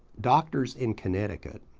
doctors in connecticut